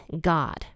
God